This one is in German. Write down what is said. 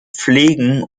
pflegen